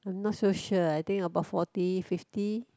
I'm not so sure I think about forty fifty